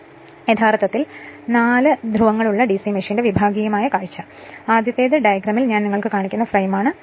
ചിത്രം 5 യഥാർത്ഥത്തിൽ നാല് ധ്രുവങ്ങൾ ഉള്ള ഡിസി മെഷീന്റെ വിഭാഗീയമായ കാഴ്ച കാണിക്കുന്നു ആദ്യത്തേത് ഡയഗ്രാമിൽ ഞാൻ നിങ്ങൾക്ക് കാണിക്കുന്ന ഫ്രെയിമാണ്